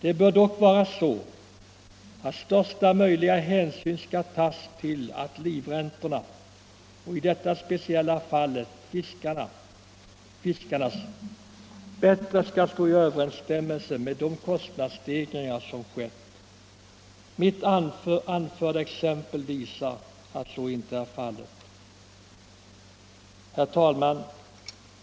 Det bör dock vara så att största möjliga hänsyn skall tas till att livräntorna, i detta speciella fall fiskarnas livräntor, bättre står i överensstämmelse med de kostnadsstegringar som skett. Mitt anförda exempel visar att så inte är fallet.